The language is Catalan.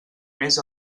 més